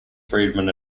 friedman